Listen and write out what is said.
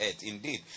Indeed